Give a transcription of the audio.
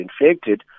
infected